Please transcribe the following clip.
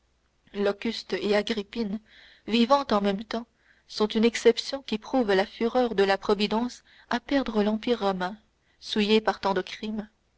locuste et agrippine vivant en même temps sont une exception qui prouve la fureur de la providence à perdre l'empire romain souillé par tant de crimes